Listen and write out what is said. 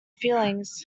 feelings